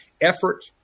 effort